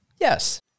Yes